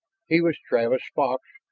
he was travis fox,